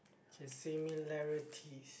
K similarity